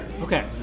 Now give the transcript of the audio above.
Okay